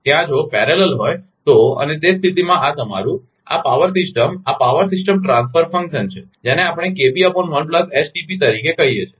ત્યાં જો સમાંતર હોય તો અને તે સ્થિતિમાં આ તમારુ આ પાવર સિસ્ટમ આ પાવર સિસ્ટમ ટ્રાન્સફર ફંક્શન છે જેને આપણે કહીએ છીએ